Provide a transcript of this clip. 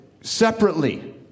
separately